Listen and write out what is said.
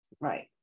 right